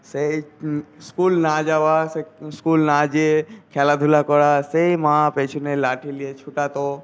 সেই স্কুল না যাওয়া স্কুল না গিয়ে খেলাধুলা করা সেই মা পেছনে লাঠি নিয়ে ছুটতো